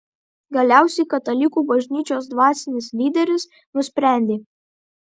galiausiai katalikų bažnyčios dvasinis lyderis nusprendė